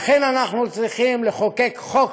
לכן, אנחנו צריכים לחוקק חוק